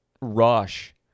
rush